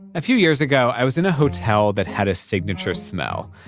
a few years ago, i was in a hotel that had a signature smell.